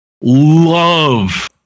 love